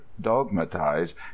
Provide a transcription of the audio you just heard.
dogmatize